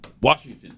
Washington